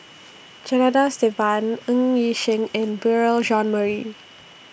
Janadas Devan Ng Yi Sheng and Beurel Jean Marie